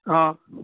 હં